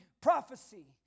prophecy